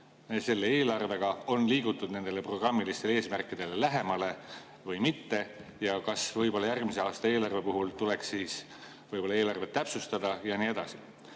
selle eelarvega on liigutud nendele programmilistele eesmärkidele lähemale või mitte ja kas järgmise aasta eelarve puhul tuleks eelarvet täpsustada ja nii edasi.